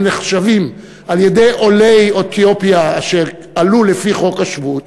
נחשבים על-ידי עולי אתיופיה אשר עלו לפי חוק השבות,